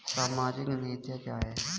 सामाजिक नीतियाँ क्या हैं?